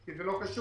כי זה לא קשור.